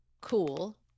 cool